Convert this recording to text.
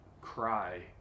cry